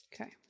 okay